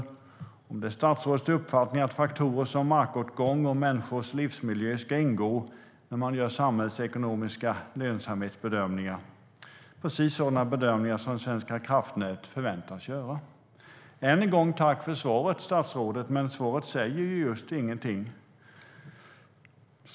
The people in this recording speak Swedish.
Jag har också frågat om det är statsrådets uppfattning att faktorer som markåtgång och människors livsmiljö ska ingå när man gör samhällsekonomiska lönsamhetsbedömningar. Det är precis sådana bedömningar som Svenska kraftnät förväntas göra. Jag vill än en gång tacka statsrådet för svaret. Men svaret säger just ingenting.